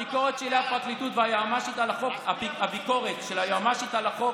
הביקורת של הפרקליטות ושל היועמ"שית על החוק